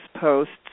posts